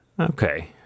okay